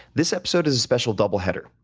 this episode is a special double header.